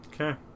Okay